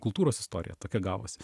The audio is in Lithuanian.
kultūros istorija tokia gavosi